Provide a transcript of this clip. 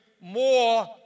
more